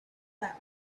that